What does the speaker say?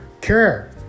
care